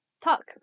talk